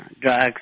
drugs